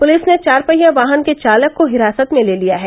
police ने चार पहिया वाहन के चालक को हिरासत में ले लिया है